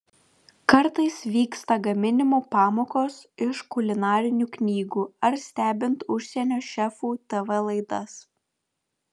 kartais vyksta gaminimo pamokos iš kulinarinių knygų ar stebint užsienio šefų tv laidas